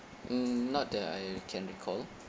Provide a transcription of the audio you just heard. mm not that I can recall